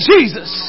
Jesus